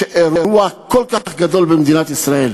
שאירוע כל כך גדול במדינת ישראל,